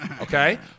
okay